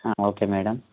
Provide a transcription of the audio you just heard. okay madam